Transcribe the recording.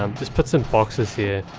um just put some boxes here